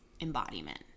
embodiment